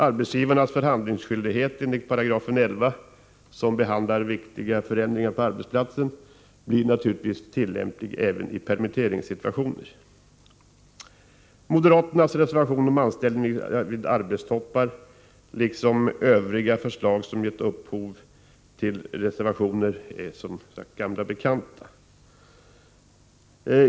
Arbetsgivarnas förhandlingsskyldighet enligt 11§, som behandlar viktiga förändringar på arbetsplatsen, blir naturligtvis tillämplig även i permitteringssituationer. Moderaternas reservation om anställning vid arbetstoppar är som sagt en gammal bekant, liksom övriga moderata förslag som gett upphov till reservationer.